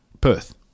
Perth